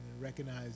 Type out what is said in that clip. recognize